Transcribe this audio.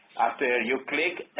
after you click